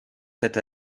tête